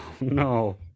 No